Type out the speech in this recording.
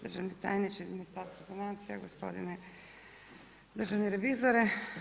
Državni tajniče iz Ministarstva financija, gospodine državni revizore.